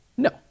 No